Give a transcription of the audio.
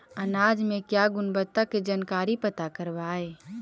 अनाज मे क्या गुणवत्ता के जानकारी पता करबाय?